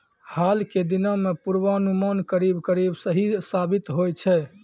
हाल के दिनों मॅ पुर्वानुमान करीब करीब सही साबित होय छै